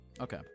Okay